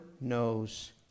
knows